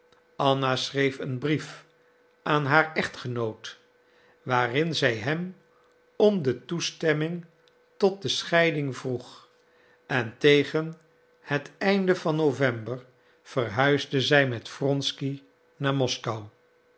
anna schreef een brief aan haar echtgenoot waarin zij hem om de toestemming tot de scheiding vroeg en tegen het einde van november verhuisde zij met wronsky naar moskou